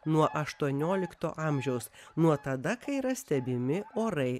nuo aštuoniolikto amžiaus nuo tada kai yra stebimi orai